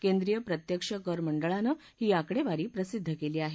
केंद्रीय प्रत्यक्ष कर मंडळानं ही आकडेवारी प्रसिद्ध केली आहे